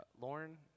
Lauren